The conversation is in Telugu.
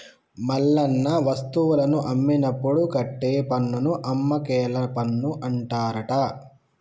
మల్లన్న వస్తువులను అమ్మినప్పుడు కట్టే పన్నును అమ్మకేల పన్ను అంటారట